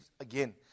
again